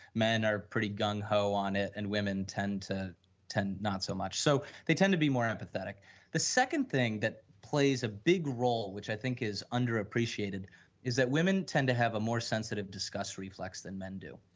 men are pretty gung-ho on it and women tend to tend not so much. so, they tend to be more um pathetic the second thing that plays a big role which i think is underappreciated is that women tend to have a more sensitive discussed reflex than men do,